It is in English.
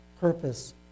purpose